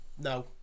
no